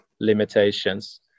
limitations